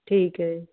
ਠੀਕ ਹੈ